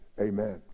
amen